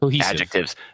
adjectives